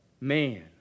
man